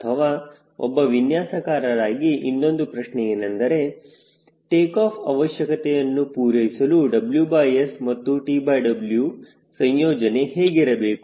ಅಥವಾ ಒಬ್ಬ ವಿನ್ಯಾಸಕಾರರಾಗಿ ಇನ್ನೊಂದು ಪ್ರಶ್ನೆಯೇನೆಂದರೆ ಟೇಕಾಫ್ ಅವಶ್ಯಕತೆಯನ್ನು ಪೂರೈಸಲು WS ಮತ್ತು TW ಸಂಯೋಜನೆ ಹೇಗಿರಬೇಕು